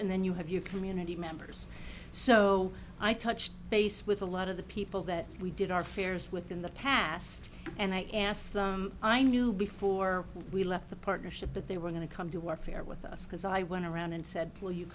and then you have your community members so i touched base with a lot of the people that we did our fairs with in the past and i asked them i knew before we left the partnership but they were going to come to warfare with us because i went around and said will you